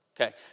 Okay